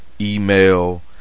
email